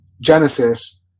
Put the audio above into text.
Genesis